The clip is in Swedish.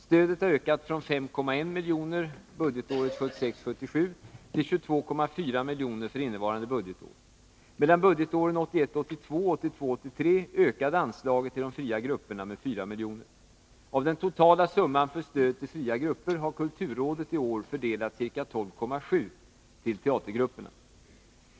Stödet har ökat från 5,1 milj.kr. budgetåret 1976 82 och 1982/83 ökade anslaget till de fria grupperna med 4 milj.kr. Av den totala summan för stöd till fria grupper har kulturrådet i år fördelat ca 12,7 milj.kr. till teatergrupperna.